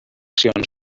seccions